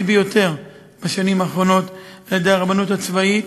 ביותר בשנים האחרונות על-ידי הרבנות הצבאית,